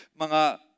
mga